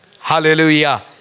Hallelujah